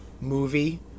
movie